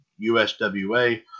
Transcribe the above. USWA